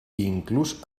inclús